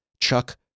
Chuck